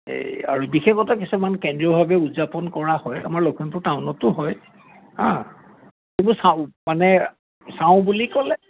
এই আৰু বিশেষত কিছুমান কেন্দ্ৰীয়ভাৱে উদযাপন কৰা হয় আমাৰ লখিমপুৰ টাউনতো হয় হা কিন্তু চাওঁ মানে চাওঁ বুলি ক'লে